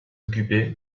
occupé